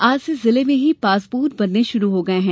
आज से जिले में ही पासपोर्ट बनने शुरु हो गए है